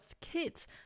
kids